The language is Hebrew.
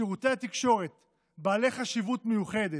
שירותי תקשורת בעלי חשיבות מיוחדת,